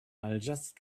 just